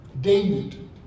David